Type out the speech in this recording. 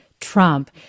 Trump